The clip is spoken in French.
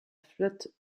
flotte